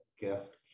guest